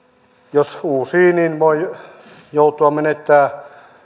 jos uusii niin rattijuopumuksissa voi joutua menettämään